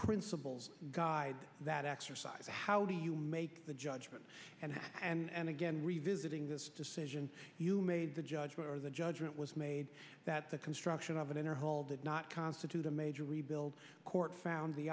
principles guide that exercise how do you make the judgment and and again revisiting this decision you made the judgment or the judgment was made that the construction of an inner hall did not constitute a major rebuild court found the